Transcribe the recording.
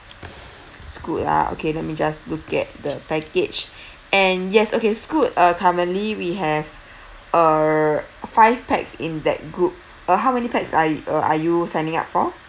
Scoot ah okay let me just look at the package and yes okay scoot are currently we have uh five pax in that group uh how many pax uh uh are you signing up for